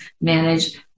manage